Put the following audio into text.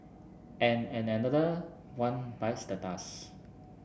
and another one bites the dust